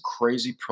crazy